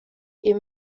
est